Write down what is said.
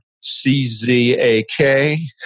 C-Z-A-K